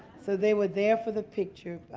so they were there for the picture,